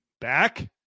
back